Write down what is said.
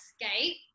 escape